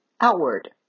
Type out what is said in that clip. outward